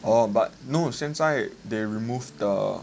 orh but no 现在 they remove the